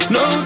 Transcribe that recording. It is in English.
no